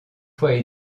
fois